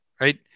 Right